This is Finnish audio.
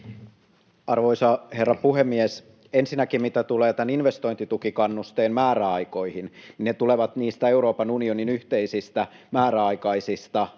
Arvoisa herra puhemies! Ensinnäkin mitä tulee tämän investointitukikannusteen määräaikoihin, ne tulevat niistä Euroopan unionin yhteisistä määräaikaisista